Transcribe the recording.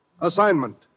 Assignment